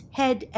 head